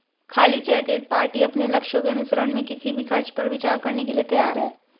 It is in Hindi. खाली चेक एक पार्टी अपने लक्ष्यों के अनुसरण में किसी भी खर्च पर विचार करने के लिए तैयार है